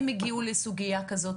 הם הגיעו לסוגיה כזאת,